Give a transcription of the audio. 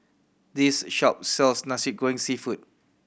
this shop sells Nasi Goreng Seafood